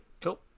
Cool